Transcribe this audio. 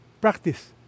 Practice